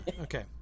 Okay